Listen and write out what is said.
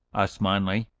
osmanli,